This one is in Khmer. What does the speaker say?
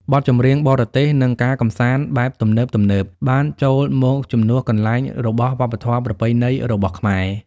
បទចម្រៀងបរទេសនិងការកម្សាន្តបែបទំនើបៗបានចូលមកជំនួសកន្លែងរបស់វប្បធម៌ប្រពៃណីរបស់ខ្មែរ។